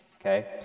okay